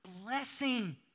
blessing